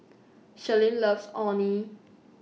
Sherlyn loves Orh Nee